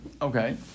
Okay